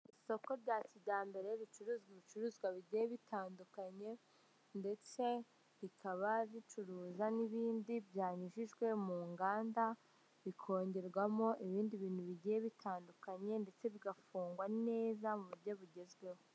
Isoko rya kijyambere ricuruza ibicuruzwa bigiye bitandukanye ndetse rikaba ricuruza n'ibindi byanyujijwe mu nganda bikongerwamo ibindi bintu bigiye bitandukanye ndetse bigafungwa neza mu buryo bugezweho .